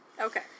Okay